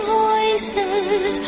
voices